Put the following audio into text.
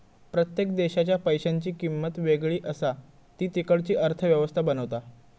प्रत्येक देशाच्या पैशांची किंमत वेगळी असा ती तिकडची अर्थ व्यवस्था बनवता